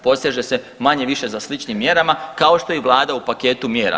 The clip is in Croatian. Poseže se manje-više za sličnim mjerama kao što je i vlada u paketu mjera.